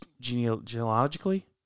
genealogically